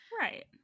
Right